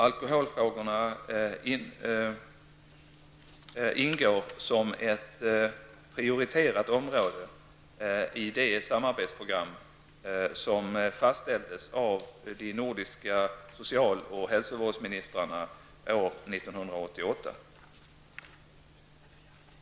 Alkoholfrågorna ingår som ett prioriterat område i det samarbetsprogram som fastställdes av de nordiska social och hälsovårdsministrarna år 1988.